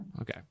okay